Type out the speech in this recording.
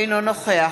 אינו נוכח